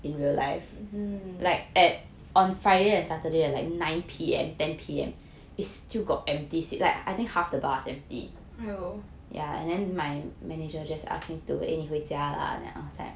mm !aiyo!